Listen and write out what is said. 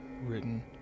written